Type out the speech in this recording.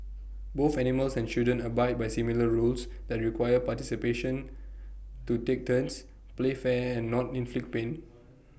both animals and children abide by similar rules that require participants to take turns play fair and not inflict pain